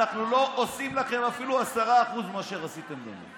אנחנו לא עושים לכם אפילו 10% ממה שעשיתם לנו.